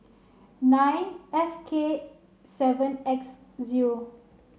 nine F K seven X zero